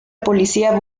policía